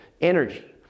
energy